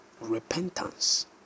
repentance